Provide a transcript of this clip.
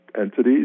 entities